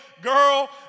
girl